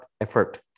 effort